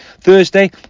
Thursday